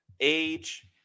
age